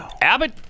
Abbott